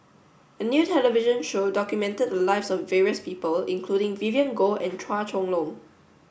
a new television show documented the lives of various people including Vivien Goh and Chua Chong Long